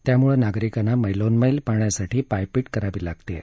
त्यामुळे नागरिकांना मैलोनमैल पाण्यासाठी पायपीट करावी लागत आहे